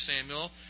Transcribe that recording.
Samuel